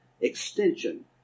extension